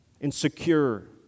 Insecure